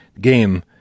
game